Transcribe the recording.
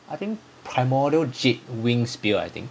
I think primordial jade winged spear I think